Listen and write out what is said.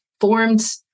formed